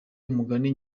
umugani